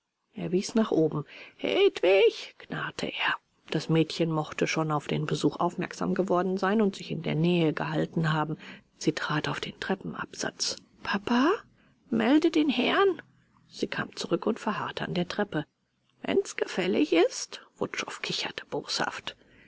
er wies nach oben hedwig knarrte er das mädchen mochte schon auf den besuch aufmerksam geworden sein und sich in der nähe gehalten haben sie trat auf den treppenabsatz papa melde den herrn sie kam bald zurück und verharrte an der treppe wenn's gefällig ist wutschow kicherte boshaft